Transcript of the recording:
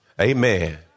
Amen